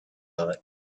thought